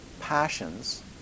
passions